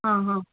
ಆಂ ಹಾಂ